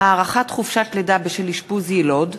(הארכת חופשת לידה בשל אשפוז יילוד),